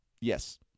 Yes